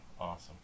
awesome